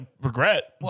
regret